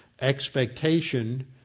expectation